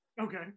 Okay